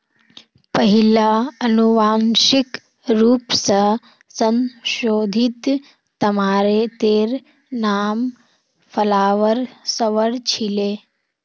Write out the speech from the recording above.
पहिला अनुवांशिक रूप स संशोधित तमातेर नाम फ्लावर सवर छीले